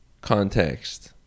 context